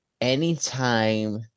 anytime